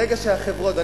ברגע שהחברות,